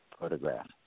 photograph